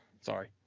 Sorry